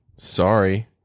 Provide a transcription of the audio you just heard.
Sorry